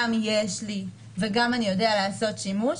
גם יש לי וגם אני יודע לעשות שימוש.